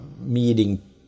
meeting